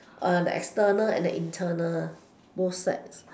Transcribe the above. uh the external and the internal both sides